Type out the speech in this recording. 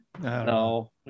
No